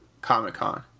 comic-con